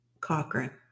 Cochrane